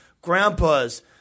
grandpas